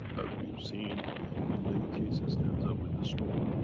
as we've seen in many cases, ends up with a stroke.